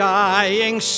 dying